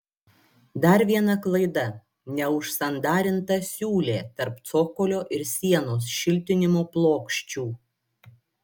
dar viena klaida neužsandarinta siūlė tarp cokolio ir sienos šiltinimo plokščių